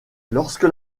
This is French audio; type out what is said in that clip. lorsque